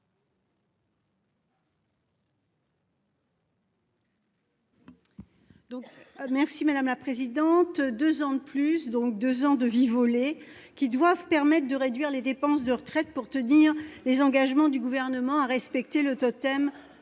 merci madame la présidente. 2 ans de plus donc 2 ans de vie volée qui doivent permettre de réduire les dépenses de retraite pour te dire les engagements du gouvernement à respecter le totem du 3% du